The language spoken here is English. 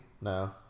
No